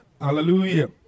Hallelujah